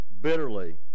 bitterly